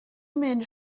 men